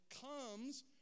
comes